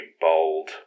bold